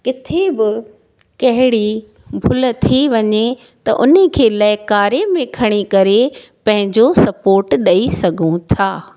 किथे ॿ कहिड़ी भुल थी वञे त उन खे लैकारे में खणी करे पंहिंजो सपोट ॾेई सघूं था